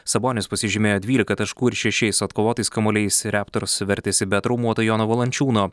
sabonis pasižymėjo dvylika taškų ir šešiais atkovotais kamuoliais raptors vertėsi be traumuoto jono valančiūno